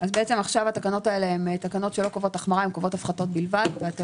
עכשיו התקנות לא קובעות החמרה אלא הפחתות בלבד ואתם